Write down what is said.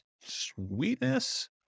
Sweetness